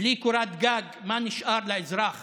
בלי קורת גג, מה נשאר לאזרח